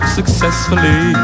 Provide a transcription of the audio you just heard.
successfully